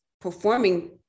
performing